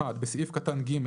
בסעיף קטן (ג),